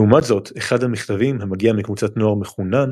לעומת זאת, אחד המכתבים, המגיע מקבוצת נוער מחונן,